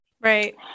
Right